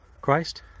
Christ